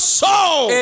soul